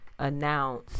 announce